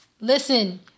Listen